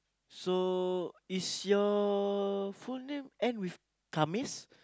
so is your phone name end with come is